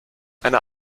einer